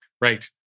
Right